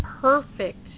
perfect